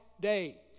day